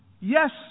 Yes